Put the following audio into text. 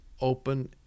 open